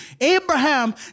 Abraham